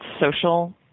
social